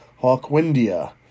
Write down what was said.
Hawkwindia